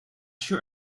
sure